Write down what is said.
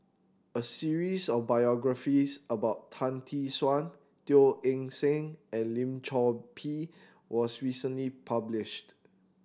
a series of biographies about Tan Tee Suan Teo Eng Seng and Lim Chor Pee was recently published